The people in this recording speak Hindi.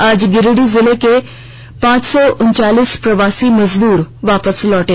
आज गिरिडीह जिले के पांच सौ उनचालीस प्रवासी मजूदर वापस लौटे